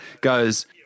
goes